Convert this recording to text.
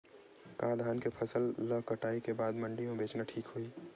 का धान के फसल ल कटाई के बाद मंडी म बेचना ठीक होही?